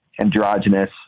androgynous